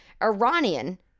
Iranian